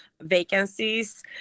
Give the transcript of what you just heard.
vacancies